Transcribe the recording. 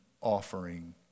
offering